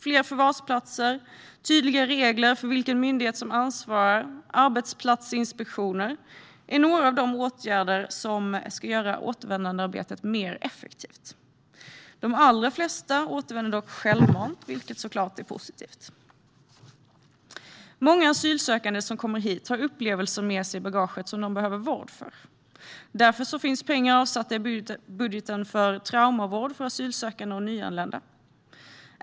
Fler förvarsplatser, tydliga regler för vilken myndighet som ansvarar och arbetsplatsinspektioner är några av de åtgärder som ska göra återvändandearbetet mer effektivt. De allra flesta återvänder dock självmant, vilket självklart är positivt. Många asylsökande som kommer hit har upplevelser med sig i bagaget som de behöver vård för. Därför finns pengar avsatta i budgeten för traumavård för asylsökande och nyanlända.